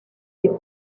des